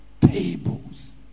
tables